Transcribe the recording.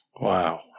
Wow